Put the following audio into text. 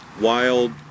wild